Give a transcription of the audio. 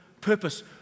purpose